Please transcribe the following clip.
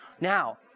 Now